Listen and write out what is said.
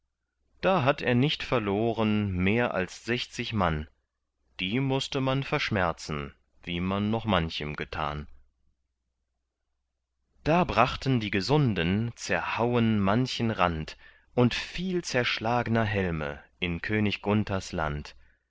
da hat er nicht verloren mehr als sechzig mann die mußte man verschmerzen wie man noch manchen getan da brachten die gesunden zerhauen manchen rand und viel zerschlagner helme in könig gunthers land